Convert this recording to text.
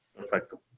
Perfecto